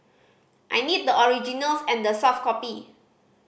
I need the originals and the soft copy